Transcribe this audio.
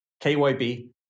KYB